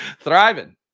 Thriving